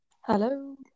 Hello